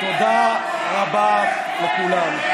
תודה רבה לכולם.